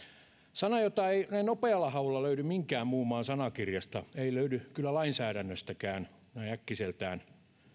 sana jota ei näin nopealla haulla löydy minkään muun maan sanakirjasta ei löydy kyllä lainsäädännöstäkään noin äkkiseltään